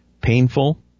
painful